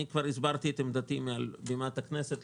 אני כבר הסברתי את עמדתי מעל במת הכנסת,